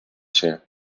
się